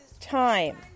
time